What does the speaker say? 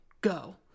go